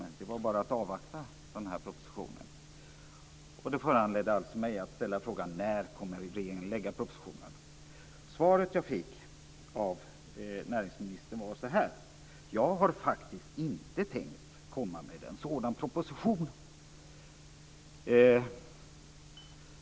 Det vara bara att avvakta propositionen. Det föranledde mig att fråga när regeringen kommer att lägga fram propositionen. Svaret jag fick av näringsministern lät så här: "Jag har faktiskt inte tänkt att komma med en sådan proposition."